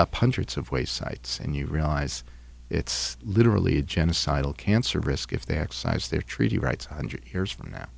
up hundreds of waste sites and you realise it's literally a genocidal cancer risk if they exercise their treaty rights hundred years from now